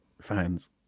fans